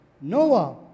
Noah